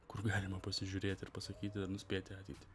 kur galima pasižiūrėti ir pasakyti ar nuspėti ateitį